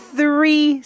three